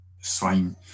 swine